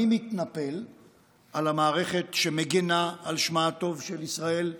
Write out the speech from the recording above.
מי מתנפל על המערכת שמגינה על שמה הטוב של ישראל בעמים?